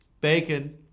bacon